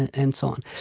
and and so on.